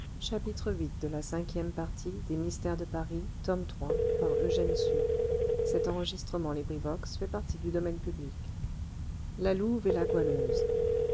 près la louve et la goualeuse